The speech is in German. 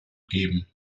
geben